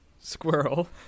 squirrel